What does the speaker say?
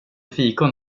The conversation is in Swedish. fikon